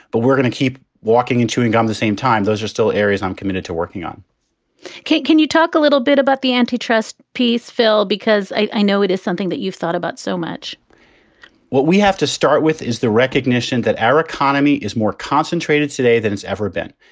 but we're going to keep walking and chewing gum the same time. those are still areas i'm committed to working on kate, can you talk a little bit about the antitrust piece, phil? because i know it is something that you've thought about so much what we have to start with is the recognition that our economy is more concentrated today than it's ever been.